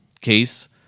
case